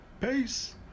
Peace